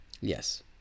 Yes